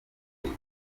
wese